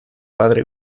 padre